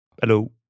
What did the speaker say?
Hello